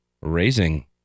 Raising